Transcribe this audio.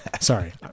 Sorry